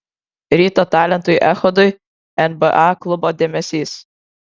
ryto talentui echodui nba klubo dėmesys